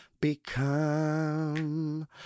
become